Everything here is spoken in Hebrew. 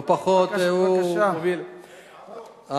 לא פחות הוא מוביל, אמנון, מה?